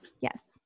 Yes